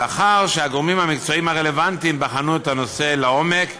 לאחר שהגורמים המקצועיים הרלוונטיים בחנו את הנושא לעומק,